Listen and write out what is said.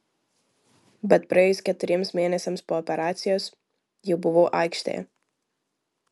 bet praėjus keturiems mėnesiams po operacijos jau buvau aikštėje